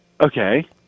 Okay